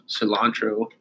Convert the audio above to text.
cilantro